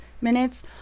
minutes